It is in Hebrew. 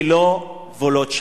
ולא גבולות שלום.